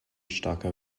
starker